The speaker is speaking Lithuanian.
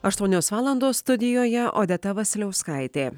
aštuonios valandos studijoje odeta vasiliauskaitė